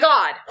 God